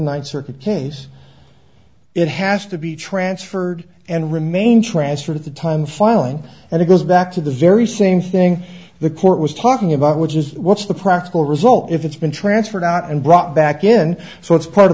circuit case it has to be transferred and remains transferred at the time filing and it goes back to the very same thing the court was talking about which is what's the practical result if it's been transferred out and brought back in so it's part of